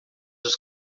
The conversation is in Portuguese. dos